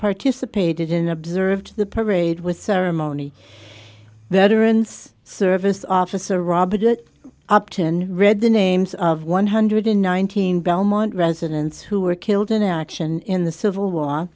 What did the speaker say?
participated in observed the parade with ceremony that iran's service officer robert it upton read the names of one hundred nineteen belmont residents who were killed in action in the civil war